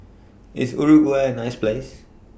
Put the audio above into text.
IS Uruguay A nice Place